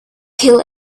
kill